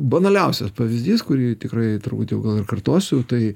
banaliausias pavyzdys kurį tikrai turbūt jau gal ir kartosiu tai